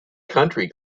country